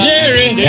Jerry